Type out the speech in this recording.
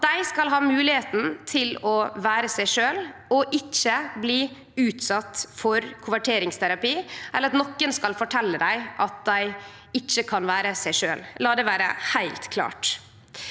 at dei skal ha moglegheita til å vere seg sjølve, og ikkje bli utsette for konverteringsterapi eller at nokon skal fortelje dei at dei ikkje kan vere seg sjølve. La det vere heilt klart.